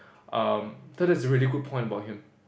um think that's a really good point about him